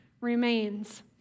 remains